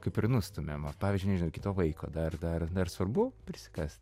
kaip ir nustumiam vat pavyzdžiui nežinau iki kito vaiko dar dar dar svarbu prisikasti